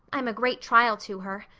i'm a great trial to her.